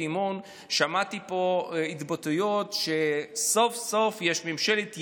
האי-אמון התבטאויות שסוף-סוף יש ממשלת ימין,